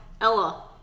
Ella